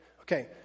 Okay